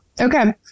Okay